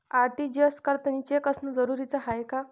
RTGS करतांनी cheque असनं जरुरीच हाय का?